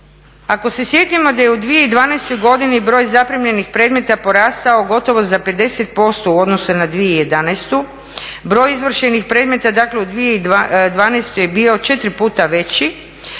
Ako se sjetimo da je u 2012. godini broj zaprimljenih predmeta porastao gotovo za 50% u odnosu na 2011. broj izvršenih predmeta dakle u 2012. je bio 4 puta veći,